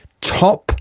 top